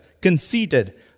conceited